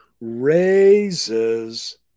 raises